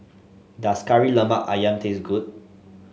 does Kari Lemak ayam taste good